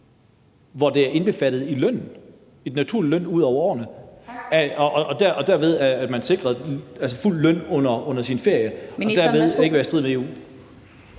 hvor det er indbefattet i lønnen, i den naturlige løn hen over året, og derved er man altså sikret fuld løn under sin ferie. Og dermed vil det ikke være i strid med